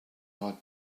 had